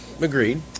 Agreed